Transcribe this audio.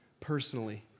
personally